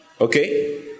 Okay